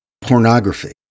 pornography